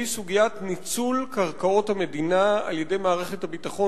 והיא סוגיית ניצול קרקעות המדינה על-ידי מערכת הביטחון,